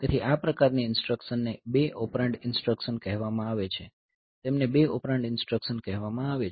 તેથી આ પ્રકારની ઇન્સટ્રકશનને 2 ઓપરેન્ડ ઇન્સટ્રકશન કહેવામાં આવે છે તેમને 2 ઓપરેન્ડ ઇન્સટ્રકશન કહેવામાં આવે છે